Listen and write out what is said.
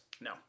No